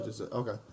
Okay